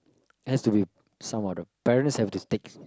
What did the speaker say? has to be some other parents have to take